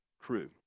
crew